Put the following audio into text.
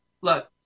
Look